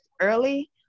early